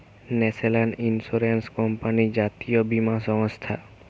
national insurance company জাতীয় বীমা সংস্থা